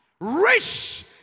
Rich